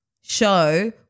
show